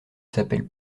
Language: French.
s’appelle